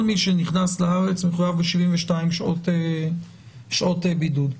כל מי שנכנס לארץ מחויב ב-72 שעות בידוד.